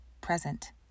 present